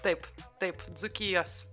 taip taip dzūkijos